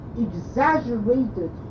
exaggerated